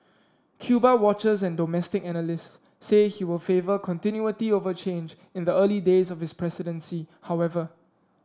Cuba watchers and domestic analysts say he will favour continuity over change in the early days of his presidency however